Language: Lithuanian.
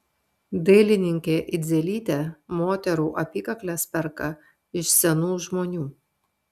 dailininkė idzelytė moterų apykakles perka iš senų žmonių